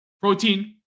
protein